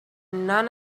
none